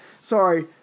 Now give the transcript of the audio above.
Sorry